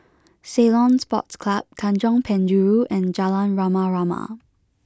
Ceylon Sports Club Tanjong Penjuru and Jalan Rama Rama